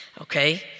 okay